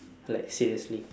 like seriously